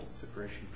Separation